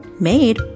made